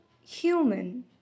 human